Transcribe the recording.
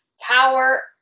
power